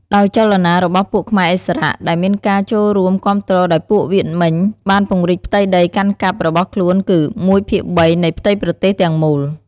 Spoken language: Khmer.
ដោយចលនារបស់ពួកខ្មែរឥស្សរៈ ដែលមានការចូលរួមគាំទ្រដោយពួកវៀតមិញ បានពង្រីកផ្ទៃដីកាន់កាប់របស់ខ្លួនគឺ ១/៣ នៃផ្ទៃប្រទេសទាំងមូល ។